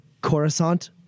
Coruscant